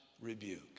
rebuke